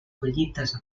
collites